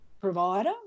provider